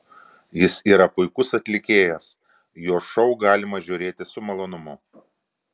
jis yra puikus atlikėjas jo šou galima žiūrėti su malonumu